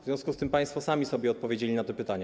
W związku z tym państwo sami sobie odpowiedzieli na to pytanie.